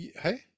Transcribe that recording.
Hey